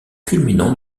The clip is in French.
culminant